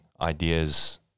ideas